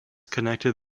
connected